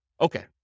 Okay